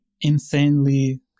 insanely